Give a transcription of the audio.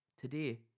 Today